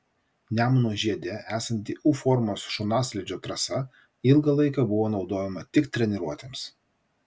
nemuno žiede esanti u formos šonaslydžio trasa ilgą laiką buvo naudojama tik treniruotėms